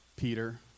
Peter